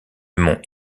mont